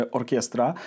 orkiestra